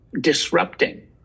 disrupting